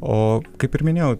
o kaip ir minėjau